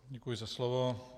Děkuji za slovo.